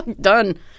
Done